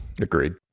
Agreed